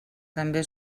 també